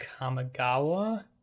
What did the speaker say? Kamigawa